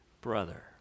brother